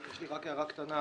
יש לי רק הערה קטנה.